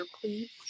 please